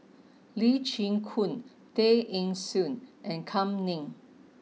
Lee Chin Koon Tay Eng Soon and Kam Ning